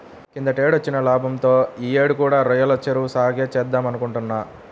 కిందటేడొచ్చిన లాభంతో యీ యేడు కూడా రొయ్యల చెరువు సాగే చేద్దామనుకుంటున్నా